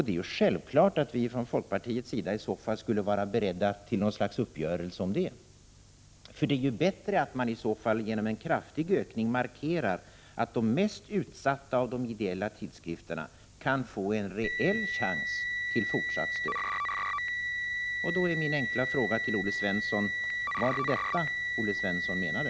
Det är självklart att vi från folkpartiets sida skulle vara beredda till något slags uppgörelse om det; det är ju bättre att man genom en kraftig ökning markerar att de mest utsatta av de ideella tidskrifterna kan få en rejäl chans till fortsatt stöd. Då är min enkla fråga till Olle Svensson: Var det detta som Olle Svensson menade?